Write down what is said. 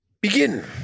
Begin